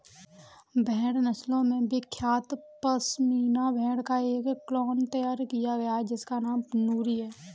भेड़ नस्लों में विख्यात पश्मीना भेड़ का एक क्लोन तैयार किया गया है जिसका नाम नूरी है